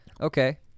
Okay